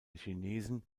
chinesen